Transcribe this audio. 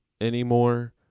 anymore